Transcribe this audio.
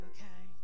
Okay